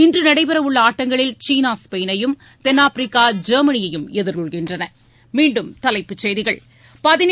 இன்று நடைபெறவுள்ள ஆட்டங்களில் சீனா ஸ்பெயினையும் தென்னாப்பிரிக்கா ஜெர்மனியையும் எதிர்கொள்கின்றன